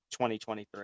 2023